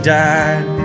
died